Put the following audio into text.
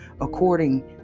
according